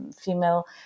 female